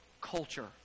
culture